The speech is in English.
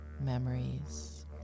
memories